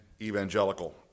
evangelical